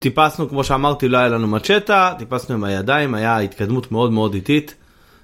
טיפסנו, כמו שאמרתי, לא היה לנו מאצ'טה, טיפסנו עם הידיים, היה התקדמות מאוד מאוד איטית.